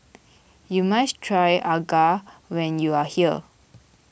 you must try Acar when you are here